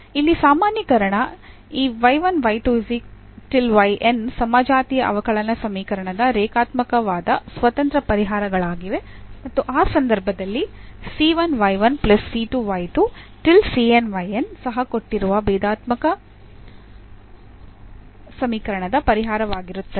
ಇಲ್ಲಿ ಸಾಮಾನ್ಯೀಕರಣ ಈ ಸಮಜಾತೀಯ ಅವಕಲನ ಸಮೀಕರಣದ ರೇಖಾತ್ಮಕವಾದ ಸ್ವತಂತ್ರ ಪರಿಹಾರಗಳಾಗಿವೆ ಮತ್ತು ಆ ಸಂದರ್ಭದಲ್ಲಿ ಸಹ ಕೊಟ್ಟಿರುವ ಅವಕಲನ ಸಮೀಕರಣದ ಪರಿಹಾರವಾಗಿರುತ್ತದೆ